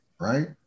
Right